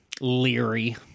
leery